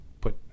put